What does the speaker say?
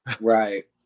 Right